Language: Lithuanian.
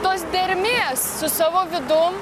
tos dermės su savo vidum